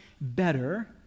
better